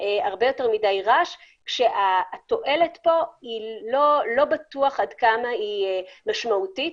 הרבה רעש כשלא בטוח עד כמה התועלת פה משמעותית.